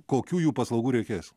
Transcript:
kokių jų paslaugų reikės